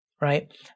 right